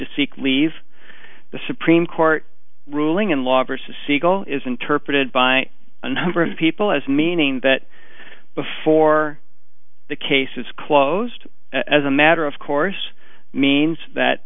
to seek leave the supreme court ruling in law versus eagle is interpreted by a number of people as meaning that before the case is closed as a matter of course means that